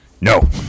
No